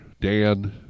Dan